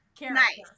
nice